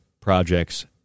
Projects